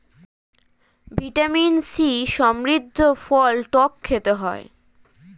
vitamin C সমৃদ্ধ ফল টক খেতে হয়